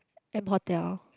M-Hotel